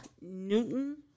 Newton